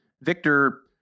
Victor